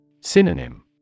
Synonym